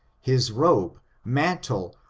his robe, mantle,